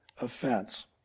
offense